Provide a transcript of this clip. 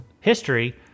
history